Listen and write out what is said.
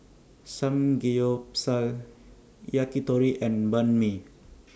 Samgeyopsal Yakitori and Banh MI